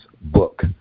book